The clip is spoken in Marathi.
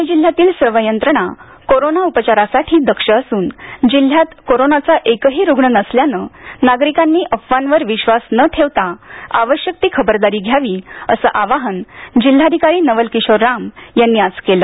पुणे जिल्ह्यातील सर्व यंत्रणा कोरोना उपचारासाठी दक्ष असून जिल्ह्यात कोरोनाचा एकही रुग्ण नसल्यानं नागरिकांनी अफवांवर विश्वास न ठेवता आवश्यक ती खबरदारी घ्यावी असं आवाहन जिल्हाधिकारी नवल किशोर राम यांनी आज केलं